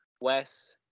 Wes